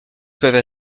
peuvent